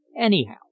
anyhow